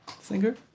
singer